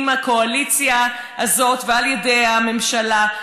עם הקואליציה הזאת ועל ידי הממשלה,